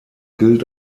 gilt